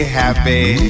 happy